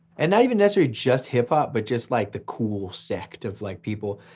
and not even necessary just hip-hop, but just like the cool sect of like people.